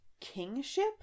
kingship